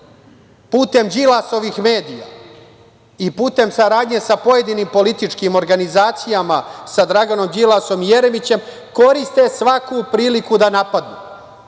putem Đilasovih medija i putem saradnje sa pojedinim političkim organizacijama sa Draganom Đilasom i Jeremićem, koriste svaku priliku da napadnu. Kako